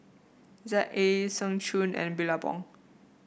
Z A Seng Choon and Billabong